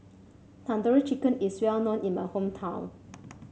Tandoori Chicken is well known in my hometown